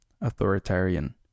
Authoritarian